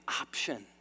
option